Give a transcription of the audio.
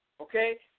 Okay